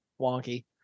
wonky